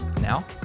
Now